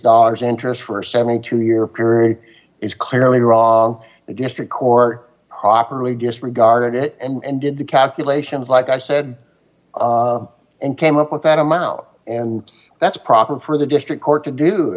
dollars interest for seventy two year period is clearly wrong the district or properly disregarded it and did the calculations like i said and came up with that amount and that's proper for the district court to do